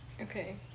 Okay